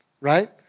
right